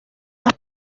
las